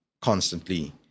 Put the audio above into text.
constantly